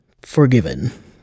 forgiven